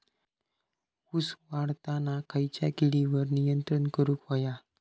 ऊस वाढताना खयच्या किडींवर नियंत्रण करुक व्हया?